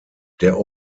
der